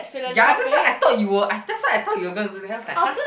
ya that's what I thought you were that's what I thought you were to do that and I was like !huh!